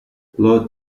lord